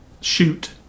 shoot